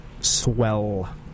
Swell